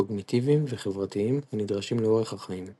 קוגניטיביים וחברתיים הנדרשים לאורך החיים.